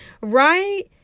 right